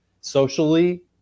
socially